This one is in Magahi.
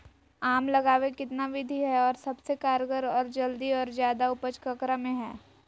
आम लगावे कितना विधि है, और सबसे कारगर और जल्दी और ज्यादा उपज ककरा में है?